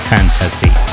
Fantasy